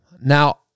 now